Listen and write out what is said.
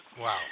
Wow